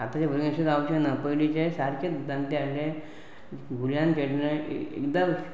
आतांच्या भुरग्यां अशें जावचें ना पयलींचे सारकें जाणटे आसले भुरग्यांक एकदम